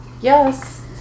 Yes